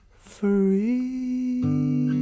Free